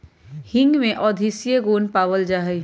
हींग में औषधीय गुण पावल जाहई